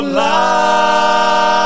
life